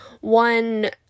one